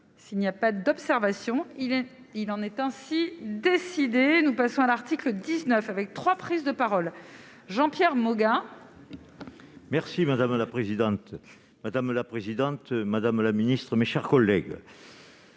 s'il n'y a pas d'observation, il est, il en est ainsi décidé, nous passons à l'article 19 avec 3 prises de parole Jean-Pierre Moga. Merci madame la présidente, madame la présidente, madame la ministre, mes chers collègues.